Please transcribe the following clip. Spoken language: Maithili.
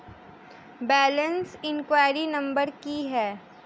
बैलेंस इंक्वायरी नंबर की है?